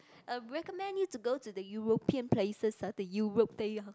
uh we recommend you to go to the European places the Europe there